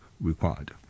required